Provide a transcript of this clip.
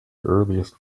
earliest